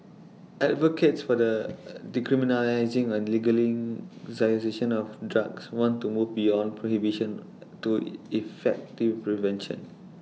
advocates for the decriminalising or of drugs want to move beyond prohibition to effective prevention